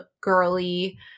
girly